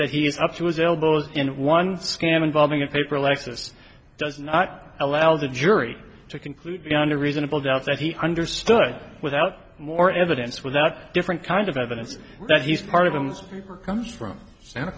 his elbows in one scam involving a paper lexus does not allow the jury to conclude beyond a reasonable doubt that he understood without more evidence without a different kind of evidence that he's part of them's comes from santa